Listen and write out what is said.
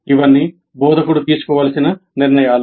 ఇవన్నీ బోధకుడు తీసుకోవలసిన నిర్ణయాలు